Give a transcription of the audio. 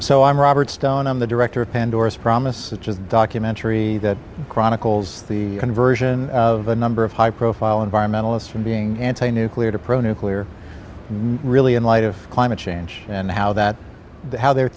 so i'm robert stone i'm the director of pandora's promise which is the documentary that chronicles the conversion of a number of high profile environmentalist from being anti nuclear to pro nuclear really in light of climate change and how that how they're